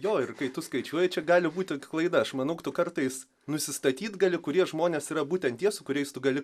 jo ir kai tu skaičiuoji čia gali būti klaida aš manau tu kartais nusistatyt gali kurie žmonės yra būtent tie su kuriais tu gali